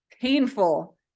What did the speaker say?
Painful